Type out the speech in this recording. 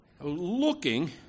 Looking